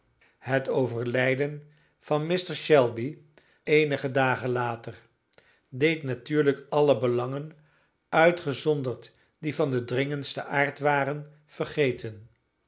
het overlijden van mr shelby eenige dagen later deed natuurlijk alle belangen uitgezonderd die van den dringendsten aard waren vergeten